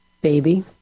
baby